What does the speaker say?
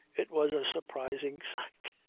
it was a surprising sight,